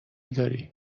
داری